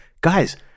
guys